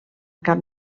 cap